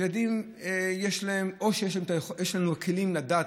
ילדים, או שיש לנו הכלים למדוד,